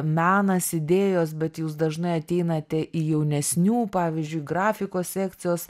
menas idėjos bet jūs dažnai ateinate į jaunesnių pavyzdžiui grafikos sekcijos